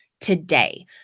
today